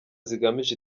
zigamije